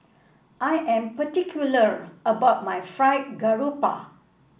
I am particular about my Fried Garoupa